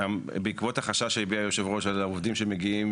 בעקבות החשש שהביע היושב ראש לגבי העובדים שמגיעים